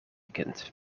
kind